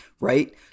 Right